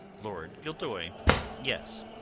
lord gildoy yes.